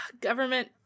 government